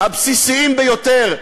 הבסיסיים ביותר,